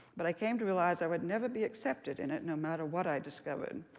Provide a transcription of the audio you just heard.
but i came to realize i would never be accepted in it no matter what i discovered,